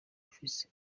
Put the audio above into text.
afise